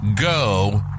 go